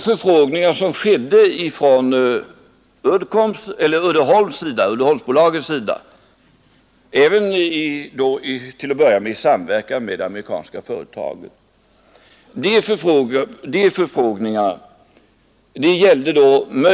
Förfrågningar gjordes också från Uddeholmsbolagets sida — till att börja med i samverkan med det amerikanska företaget.